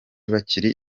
bakiri